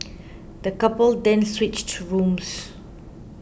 the couple then switched rooms